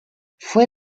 fue